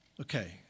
Okay